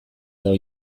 edo